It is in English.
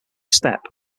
steppe